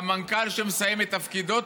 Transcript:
המנכ"ל שמסיים את תפקידו,